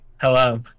Hello